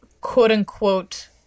quote-unquote